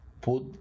put